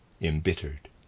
embittered